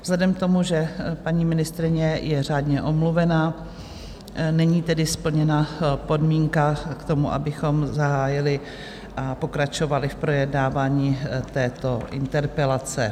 Vzhledem k tomu, že paní ministryně je řádně omluvena, není tedy splněna podmínka k tomu, abychom pokračovali v projednávání této interpelace.